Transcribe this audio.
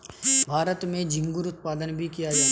भारत में झींगुर उत्पादन भी किया जाता है